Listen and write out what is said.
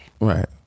Right